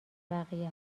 بقیه